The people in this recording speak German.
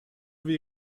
wie